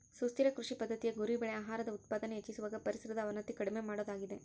ಸುಸ್ಥಿರ ಕೃಷಿ ಪದ್ದತಿಯ ಗುರಿ ಬೆಳೆ ಆಹಾರದ ಉತ್ಪಾದನೆ ಹೆಚ್ಚಿಸುವಾಗ ಪರಿಸರದ ಅವನತಿ ಕಡಿಮೆ ಮಾಡೋದಾಗಿದೆ